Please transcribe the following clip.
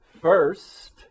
First